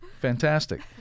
Fantastic